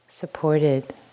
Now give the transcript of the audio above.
supported